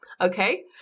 okay